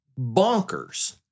bonkers